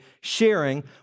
sharing